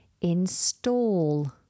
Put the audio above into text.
install